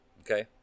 Okay